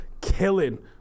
killing